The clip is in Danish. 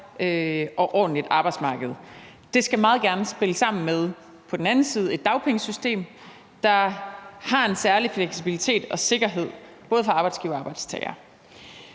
og ordentligt arbejdsmarked. Det skal meget gerne spille sammen med på den anden side et dagpengesystem, der har en særlig fleksibilitet og sikkerhed, både for arbejdsgivere og arbejdstagere.